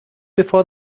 before